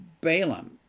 Balaam